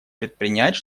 предпринять